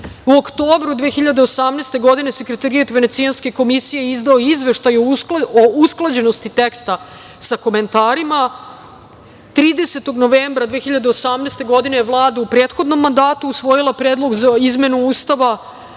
u oktobru 2018. godine, Sekretarijat Venecijanske komisije je izdao Izveštaj o usklađenosti teksta sa komentarima, a 30. novembra 2018. godine, Vladu u prethodnom mandatu usvojila je predlog za izmenu Ustava,